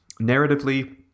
Narratively